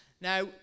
Now